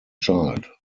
child